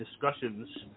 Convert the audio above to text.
discussions